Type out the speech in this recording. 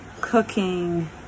cooking